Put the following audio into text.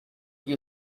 you